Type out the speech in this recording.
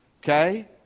Okay